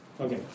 Okay